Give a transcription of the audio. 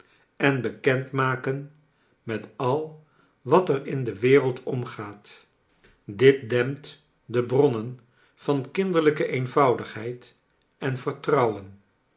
en bekend maken met al wat er in de wereld omgaat dit dempt de bronnen van kinderlijke eenvoudigheid en vertrouwen